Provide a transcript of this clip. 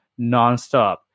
nonstop